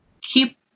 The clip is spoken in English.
keep